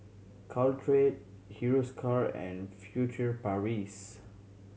Caltrate Hiruscar and Furtere Paris